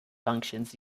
functions